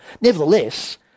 Nevertheless